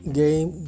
game